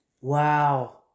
Wow